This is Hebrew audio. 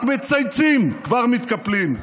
רק מצייצים כבר מתקפלים.